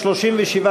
התשע"ד 2013,